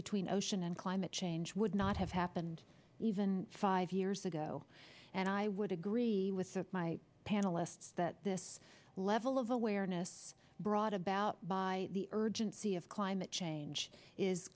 between ocean and climate change would not have happened even five years ago and i would agree with my panelists that this level of awareness brought about by the urgency of climate change is